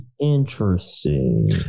Interesting